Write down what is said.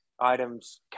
items